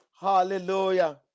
hallelujah